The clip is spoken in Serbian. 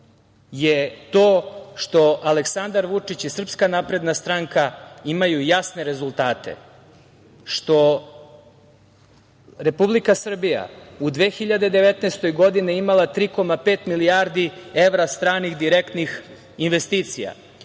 je to što Aleksandar Vučić i SNS imaju jasne rezultate, što je Republika Srbija u 2019. godine imala pet milijardi evra stranih direktnih investicija,